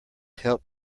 help